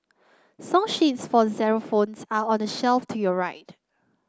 song sheets for xylophones are on the shelf to your right